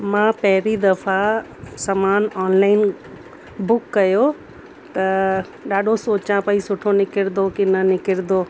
मां पहिरीं दफ़ा सामान ऑनलाइन बुक कयो त ॾाढो सोचा पई सुठो निकिरंदो की न निकिरंदो